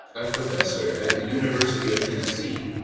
a professor at the university of tennessee,